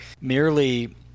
merely